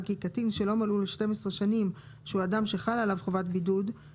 כי קטין שלא מלאו לו 12 שנים שהוא אדם שחלה עליו חובת בידוד,